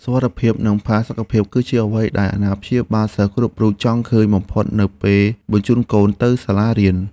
សុវត្ថិភាពនិងផាសុកភាព គឺជាអ្វីដែលអាណាព្យាបាលសិស្សគ្រប់រូបចង់ឃើញបំផុតនៅពេលបញ្ជូនកូនទៅសាលារៀន។